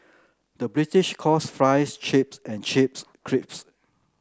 the British calls fries chips and chips crisps